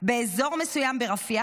באזור מסוים ברפיח,